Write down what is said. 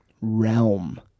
realm